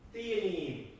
the